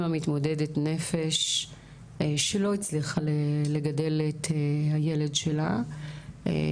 מתמודדות הנפש שלא הצליחה לגדל את הילד שלה,